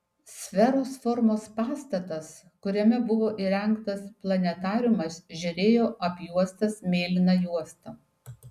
sferos formos pastatas kuriame buvo įrengtas planetariumas žėrėjo apjuostas mėlyna juosta